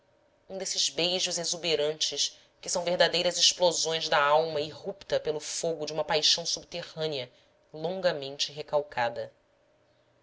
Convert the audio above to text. um desses beijos exuberantes que são verdadeiras explosões da alma irrupta pelo fogo de uma paixão subterrânea longamente recalcada